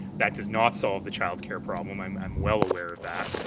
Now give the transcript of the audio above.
that does not solve the childcare problem. i'm i'm well aware of that.